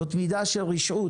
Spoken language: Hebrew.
זאת מידה של רשעות,